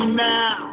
now